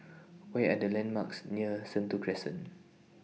What Are The landmarks near Sentul Crescent